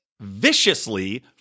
viciously